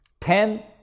ten